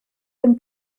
den